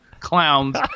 clowns